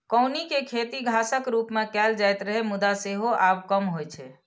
कौनी के खेती घासक रूप मे कैल जाइत रहै, मुदा सेहो आब कम होइ छै